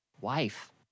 Wife